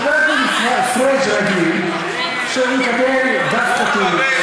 חבר הכנסת פריג' רגיל שהוא מקבל דף כתוב,